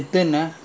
because